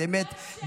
כדי באמת,